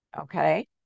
okay